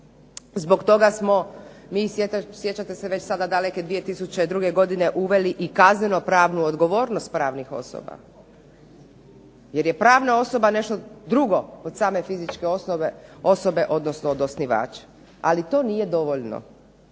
zbog toga smo mi sjećate se daleke 2002. godine uveli i kazneno pravnu odgovornost pravnih osoba, jer je pravna osoba nešto drugo od same fizičke osobe odnosno osnivača. Ali ni to nije dovoljno.